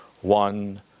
one